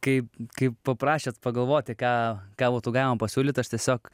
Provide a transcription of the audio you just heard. kaip kai paprašėt pagalvoti ką ką būtų galima pasiūlyt aš tiesiog